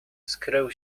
skrył